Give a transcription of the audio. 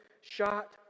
shot